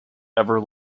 ever